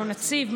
או נציב,